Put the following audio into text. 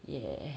ya